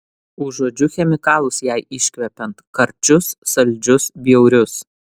užuodžiu chemikalus jai iškvepiant karčius saldžius bjaurius